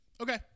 Okay